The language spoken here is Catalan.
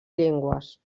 llengües